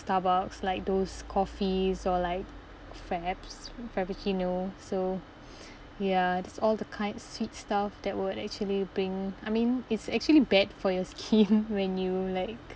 starbucks like those coffees all like fraps frappuccino so ya just all the kind sweet stuff that would actually bring I mean it's actually bad for your skin when you like